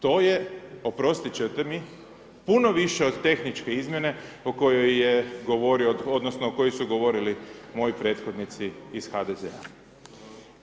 To je oprostit ćete mi, puno više od tehničke izmjene o kojoj je govorio, odnosno koji su govorili moji prethodnici iz HDZ-a.